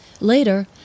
Later